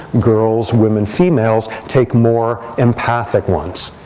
girls, women, females take more empathic ones.